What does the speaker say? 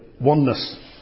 oneness